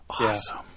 Awesome